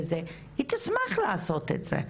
היא תשמח לעשות את זה.